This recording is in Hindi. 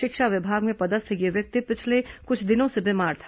शिक्षा विभाग में पदस्थ यह व्यक्ति पिछले कुछ दिनों से बीमार था